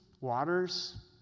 waters